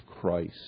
Christ